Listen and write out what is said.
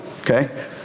okay